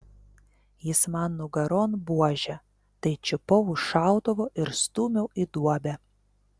jis man nugaron buože tai čiupau už šautuvo ir stūmiau į duobę